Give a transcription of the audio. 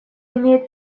имеет